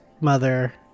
mother